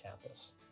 campus